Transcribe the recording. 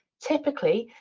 typically,